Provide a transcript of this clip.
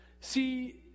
See